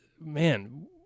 man